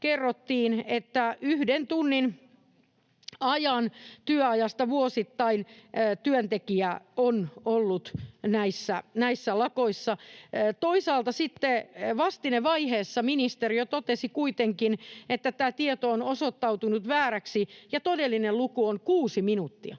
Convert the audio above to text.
esityksessä, että yhden tunnin ajan työajasta vuosittain työntekijä on ollut näissä lakoissa. Toisaalta sitten vastinevaiheessa ministeriö totesi kuitenkin, että tämä tieto on osoittautunut vääräksi ja todellinen luku on kuusi minuuttia